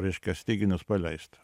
reiškia styginius paleist